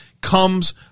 comes